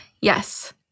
yes